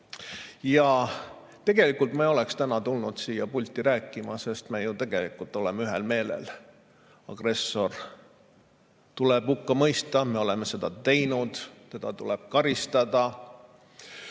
Tegelikult ma ei oleks tulnud täna siia pulti rääkima, sest me ju tegelikult oleme ühel meelel. Agressor tuleb hukka mõista, me oleme seda teinud. Teda tuleb karistada.